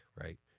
right